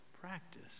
practice